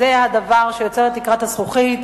זה הדבר שיוצר את תקרת הזכוכית,